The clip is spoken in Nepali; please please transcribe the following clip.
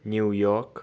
new York